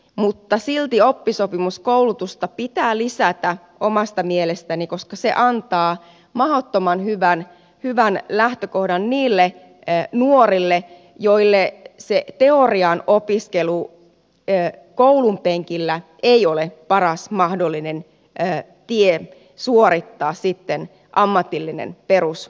mutta silti oppisopimuskoulutusta pitää lisätä omasta mielestäni koska se antaa mahdottoman hyvän lähtökohdan niille nuorille joille teorian opiskelu koulunpenkillä ei ole paras mahdollinen tie suorittaa ammatillinen perustutkinto